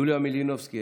יוליה מלינובסקי,